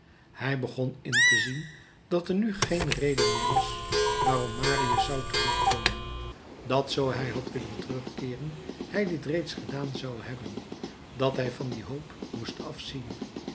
hij begon in te zien dat er nu geen reden meer was waarom marius zou terugkomen dat zoo hij had willen terugkeeren hij dit reeds gedaan zou hebben dat hij van die hoop moest afzien